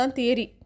theory